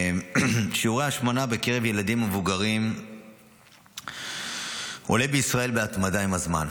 שיעור ההשמנה בקרב ילדים ומבוגרים בישראל עולה בהתמדה עם הזמן.